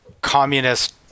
communist